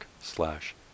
slash